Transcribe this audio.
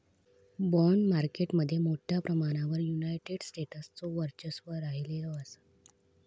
bond market मध्ये मोठ्या प्रमाणावर युनायटेड स्टेट्सचो वर्चस्व राहिलेलो असा